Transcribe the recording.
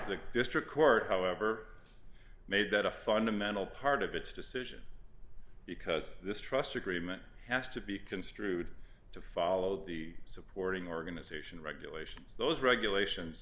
the district court however made that a fundamental part of its decision because this trust agreement has to be construed to follow the supporting organization regulations those regulations